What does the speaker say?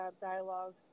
dialogue